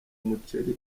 umuceri